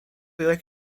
jak